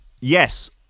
Yes